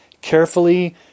Carefully